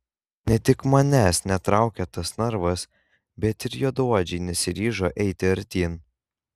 ne tik manęs netraukė tas narvas bet ir juodaodžiai nesiryžo eiti artyn